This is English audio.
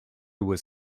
was